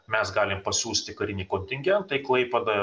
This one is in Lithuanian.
mes galim pasiųsti karinį kontingentą į klaipėdą